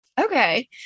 Okay